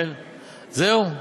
זהו.